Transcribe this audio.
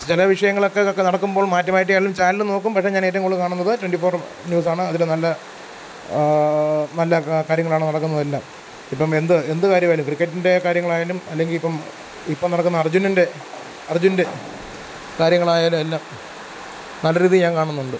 ചില വിഷയങ്ങളൊക്കെ ഇതൊക്കെ നടക്കുമ്പോൾ മാറ്റി മാറ്റിയെല്ലാം ചാനൽ നോക്കും പക്ഷെ ഞാൻ ഏറ്റവും കൂടുതൽ കാണുന്നത് ട്വൻ്റി ഫോർ ന്യൂസാണ് അതിൽ നല്ല നല്ല കാ കാര്യങ്ങളാണ് നടക്കുന്നതെല്ലാം ഇപ്പം എന്ത് എന്തു കാര്യമായാലും ക്രിക്കറ്റിൻ്റെ കാര്യങ്ങളായാലും അല്ലെങ്കിൽ ഇപ്പം ഇപ്പം നടക്കുന്ന അർജുനൻ്റെ അർജുനൻ്റെ കാര്യങ്ങളായാലും എല്ലാം നല്ല രീതിയിൽ ഞാൻ കാണുന്നുണ്ട്